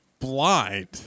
blind